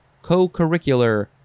co-curricular